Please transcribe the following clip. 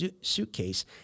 suitcase